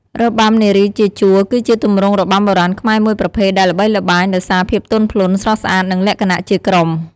របាំនារីជាជួរ គឺជាទម្រង់របាំបុរាណខ្មែរមួយប្រភេទដែលល្បីល្បាញដោយសារភាពទន់ភ្លន់ ស្រស់ស្អាត និងលក្ខណៈជាក្រុម។